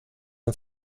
han